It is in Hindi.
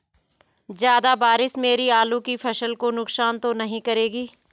ज़्यादा बारिश मेरी आलू की फसल को नुकसान तो नहीं करेगी?